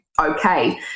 okay